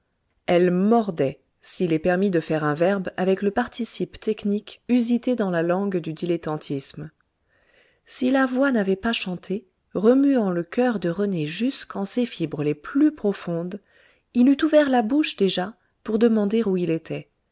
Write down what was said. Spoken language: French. elle mordait s'il est permis de faire un verbe avec le participe technique usité dans la langue du dilettantisme si la voix n'avait pas chanté remuant le coeur de rené jusqu'en ses fibres les plus profondes il eût ouvert la bouche déjà pour demander où il était